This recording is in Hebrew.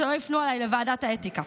שלא יפנו עליי לוועדת האתיקה.